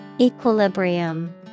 Equilibrium